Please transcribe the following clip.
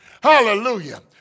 hallelujah